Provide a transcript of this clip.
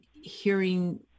hearing